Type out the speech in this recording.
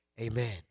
amen